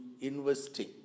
investing